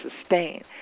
sustain